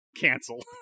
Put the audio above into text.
Cancel